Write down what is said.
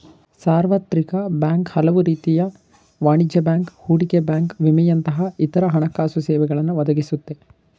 ಸಾರ್ವತ್ರಿಕ ಬ್ಯಾಂಕ್ ಹಲವುರೀತಿಯ ವಾಣಿಜ್ಯ ಬ್ಯಾಂಕ್, ಹೂಡಿಕೆ ಬ್ಯಾಂಕ್ ವಿಮೆಯಂತಹ ಇತ್ರ ಹಣಕಾಸುಸೇವೆಗಳನ್ನ ಒದಗಿಸುತ್ತೆ